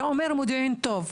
אתה אומר שהמודיעין טוב,